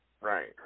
Right